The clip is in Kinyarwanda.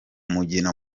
mugina